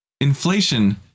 Inflation